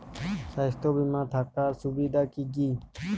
স্বাস্থ্য বিমা থাকার সুবিধা কী কী?